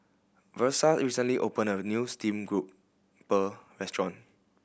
Versa recently opened a new steamed grouper restaurant